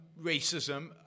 racism